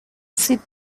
sit